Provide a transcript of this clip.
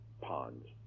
ponds